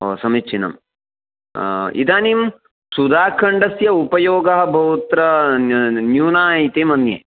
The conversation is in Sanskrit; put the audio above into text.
ओ समीचीनम् इदानीं सुधाखण्डस्य उपयोगः बहुत्र न न्यूनः इति मन्ये